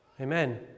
amen